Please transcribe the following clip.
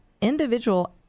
individual